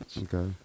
Okay